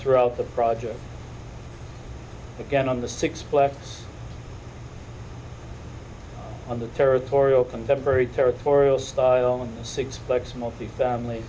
throughout the project again on the six flags on the territorial contemporary territorial style of six flags multifamily